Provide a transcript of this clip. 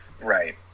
Right